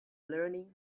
learning